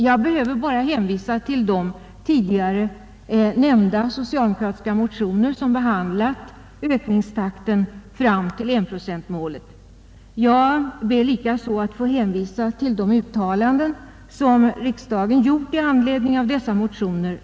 Jag behöver bara hänvisa till de tidigare nämnda socialdemokratiska motioner, som behandlar ökningstakten fram till enprocentsmålet. Jag ber likaså att få hänvisa till de uttalanden som riksdagen gjort i anledning av dessa motioner.